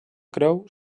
creu